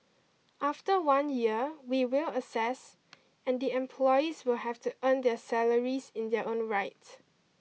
after one year we will assess and the employees will have to earn their salaries in their own right